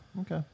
okay